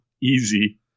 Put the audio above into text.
easy